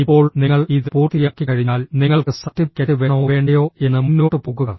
ഇപ്പോൾ നിങ്ങൾ ഇത് പൂർത്തിയാക്കിക്കഴിഞ്ഞാൽ നിങ്ങൾക്ക് സർട്ടിഫിക്കറ്റ് വേണോ വേണ്ടയോ എന്ന് മുന്നോട്ട് പോകുക